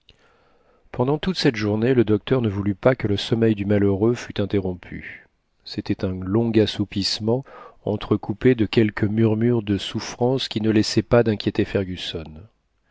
pendant toute cette journée le docteur ne voulut pas que le sommeil du malheureux fut interrompu cétait un long assoupissement entrecoupé de quelques murmures de souffrance qui ne laissaient pas d'inquiéter fergusson